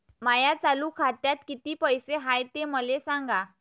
माया चालू खात्यात किती पैसे हाय ते मले सांगा